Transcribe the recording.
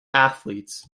athletes